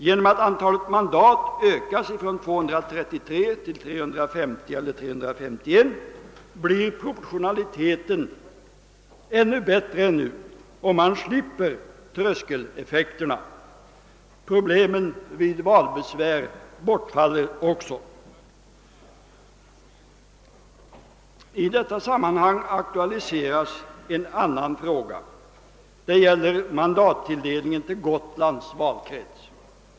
Genom att antalet mandat ökas från 233 till 350 eller 351 blir proportionaliteten ännu bättre än nu, och man slipper tröskeleffekterna. Problemen vid valbesvär försvinner också. I detta sammanhang aktualiseras en annan fråga. Det gäller mandattilldelningen till Gotlands valkrets.